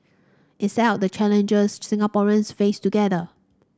it set out the challenges Singaporeans face together